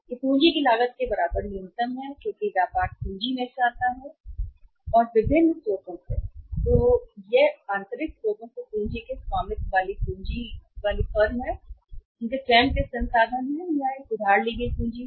यह पूंजी की लागत के बराबर न्यूनतम है क्योंकि व्यापार पूंजी में से आता है विभिन्न स्रोतों या तो यह आंतरिक स्रोतों से पूंजी के स्वामित्व वाली पूंजी है फर्म उनके स्वयं के संसाधन या यह एक उधार ली गई पूंजी है